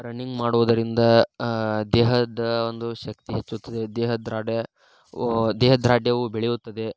running ಮಾಡುವುದರಿಂದ ದೇಹದ ಒಂದು ಶಕ್ತಿ ಹೆಚ್ಚುತ್ತದೆ ದೇಹದಾರ್ಢ್ಯ ಓ ದೇಹದಾರ್ಢ್ಯವು ಬೆಳೆಯುತ್ತದೆ